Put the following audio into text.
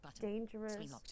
Dangerous